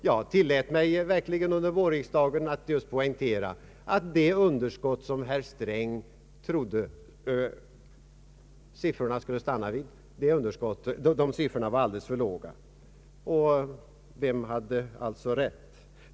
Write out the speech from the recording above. Jag tillät mig verkligen under vårriksdagen att poängtera att de siffror vid vilka herr Sträng trodde att underskottet skulle stanna var alldeles för låga. Vem hade alltså rätt?